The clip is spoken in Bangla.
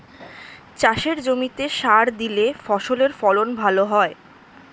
চাষের জমিতে সার দিলে ফসলের ফলন ভালো হয়